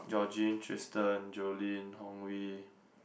Jorjin Tristan Jolyn Hong-Wei